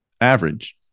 average